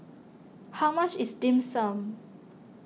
how much is Dim Sum